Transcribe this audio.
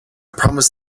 promised